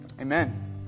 Amen